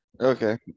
okay